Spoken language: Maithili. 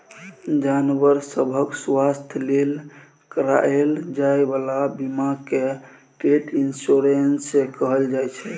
जानबर सभक स्वास्थ्य लेल कराएल जाइ बला बीमा केँ पेट इन्स्योरेन्स कहल जाइ छै